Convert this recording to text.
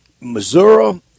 Missouri